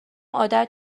عادت